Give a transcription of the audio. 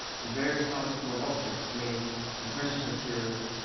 and various other small objects made from precious materials,